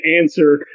answer